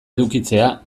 edukitzea